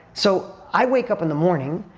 so, i wake up in the morning,